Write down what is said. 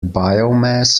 biomass